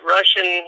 Russian